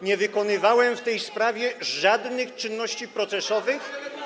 Nie wykonywałem w tej sprawie żadnych czynności procesowych.